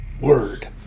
Word